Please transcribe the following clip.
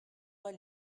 pas